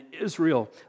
Israel